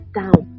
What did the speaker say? down